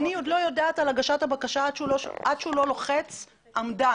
אני עוד לא יודעת על הגשת הבקשה עד שהוא לא לוחץ סיימתי.